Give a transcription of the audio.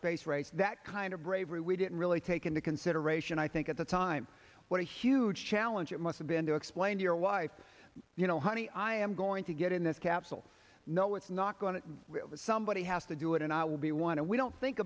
space race that kind of bravery we didn't really take into consideration i think at the time what a huge challenge it must've been to explain to your wife you know honey i am going to get in this capsule no it's not going to somebody has to do it and i will be one and we don't think